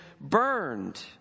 burned